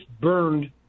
burned